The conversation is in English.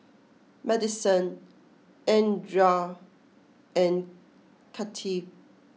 Maddison Andrae and Kathi